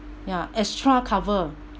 ya extra cover